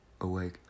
awake